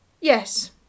Yes